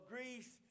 Greece